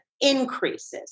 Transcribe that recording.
increases